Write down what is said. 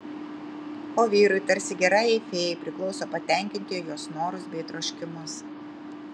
o vyrui tarsi gerajai fėjai priklauso patenkinti jos norus bei troškimus